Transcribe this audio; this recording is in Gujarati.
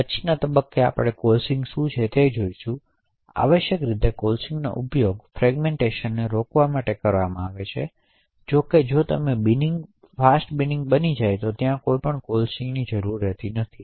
પછીના તબક્કે કોલેસીંગ શું છે તે જોશું આવશ્યક કોલાસીંગનો ઉપયોગ ફ્રેગમેન્ટેશનને રોકવા માટે કરવામાં આવે છે જો કે જો તમે બીનીંગ ફાસ્ટ બીનીંગ બની જાય છે તો ત્યાં કોઈ કોલસીંગ નથી